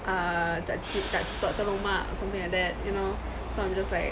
err tak ci~ tak tak tolong mak or something like that you know so I'm just like